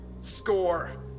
Score